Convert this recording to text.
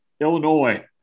Illinois